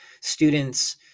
students